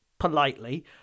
politely